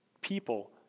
people